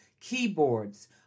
keyboards